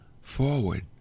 forward